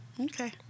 Okay